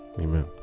Amen